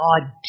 God